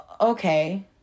okay